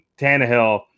Tannehill